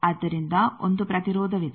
ಆದ್ದರಿಂದ ಒಂದು ಪ್ರತಿರೋಧವಿದೆ